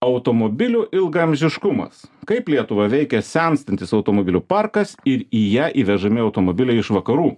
automobilių ilgaamžiškumas kaip lietuvą veikia senstantis automobilių parkas ir į ją įvežami automobiliai iš vakarų